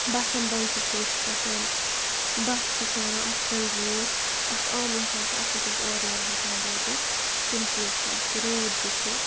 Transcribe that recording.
بَسَن منٛز تہِ چھِ أسۍ کھَسان بَسہٕ تہِ چھِ ہٮ۪وان اَصٕل ریٹ اَکھ عام اِنسان چھِ اَصٕل پٲٹھۍ اورٕ یور ہٮ۪کان وٲتِتھ تِم چیٖز چھِ اَسہِ روڈ تہِ چھِ